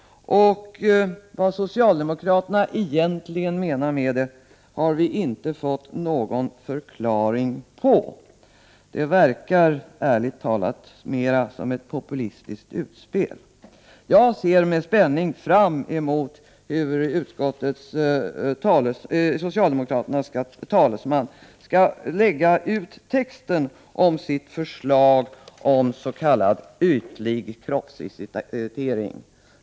Vad socialdemokraterna egentligen menar med det har vi inte fått någon förklaring på. Det verkar, ärligt talat, mera som ett populistiskt utspel. Jag ser med spänning fram mot hur socialdemokraternas talesman skall lägga ut texten om sitt förslag om s.k. ytlig kroppsvisitation.